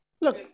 look